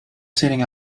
sitting